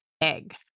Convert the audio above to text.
egg